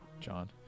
John